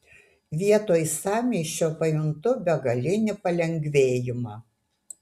vietoj sąmyšio pajuntu begalinį palengvėjimą